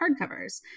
hardcovers